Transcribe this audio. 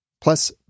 Plus